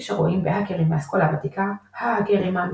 יש הרואים בהאקרים מהאסכולה הוותיקה "ההאקרים האמיתיים"